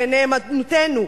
בנאמנותנו.